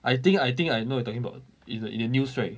I think I think I know what you talking about it's in the news right